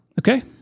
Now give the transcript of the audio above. Okay